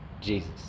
jesus